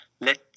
let